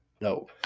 No